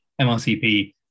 MRCP